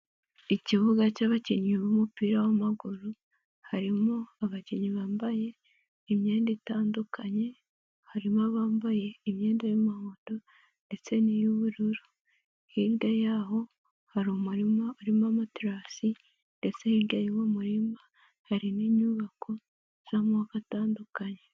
Ikibuga cy'abakinnyi b'umupira w'amaguru, harimo abakinnyi bambaye imyenda itandukanye, harimo abambaye imyenda y'umuhondo ndetse n'iy'ubururu. Hirya yaho hari umurima urimo amaterasi ndetse hirya y'uwo murima hari inyubako z'amoko atandukanye.